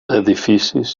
edificis